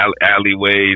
Alleyways